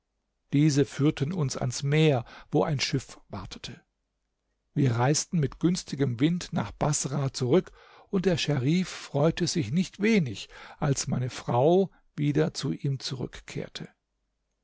diese führten uns ans meer wo ein schiff wartete wir reisten mit günstigem wind nach baßrah zurück und der scherif freute sich nicht wenig als meine frau wieder zu ihm zurückkehrte